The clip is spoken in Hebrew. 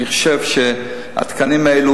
אני חושב שהתקנים האלו,